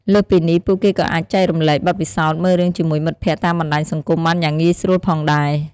លើសពីនេះ ពួកគេក៏អាចចែករំលែកបទពិសោធន៍មើលរឿងជាមួយមិត្តភក្តិតាមបណ្ដាញសង្គមបានយ៉ាងងាយស្រួលផងដែរ។